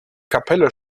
kapelle